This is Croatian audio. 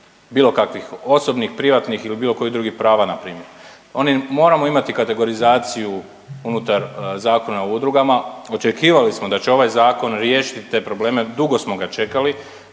bilo kakvih osobnih, privatnih ili bilo kojih drugih prava na primjer. Moramo imati kategorizaciju unutar Zakona o udrugama. Očekivali smo da će ovaj zakon riješiti te probleme, dugo smo ga čekali.